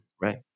right